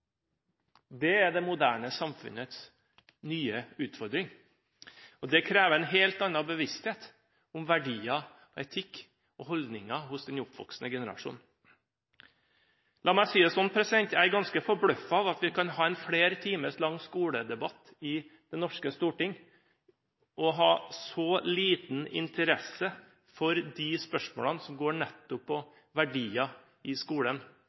Det er det moderne samfunnets nye utfordring, og det krever en helt annen bevissthet om verdier, etikk og holdninger hos den oppvoksende generasjon. La meg si det sånn: Jeg er ganske forbløffet over at vi kan ha en flere timer lang skoledebatt i Det norske storting og ha så liten interesse for de spørsmålene som nettopp går på verdier, holdninger og etikk i skolen,